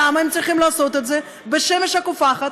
למה הם צריכים לעשות את זה בשמש הקופחת,